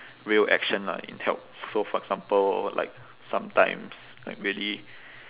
real action lah in help so for example like sometimes like really